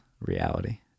reality